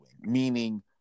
Meaning